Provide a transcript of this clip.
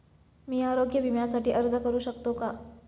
मी आरोग्य विम्यासाठी अर्ज करू शकतो का?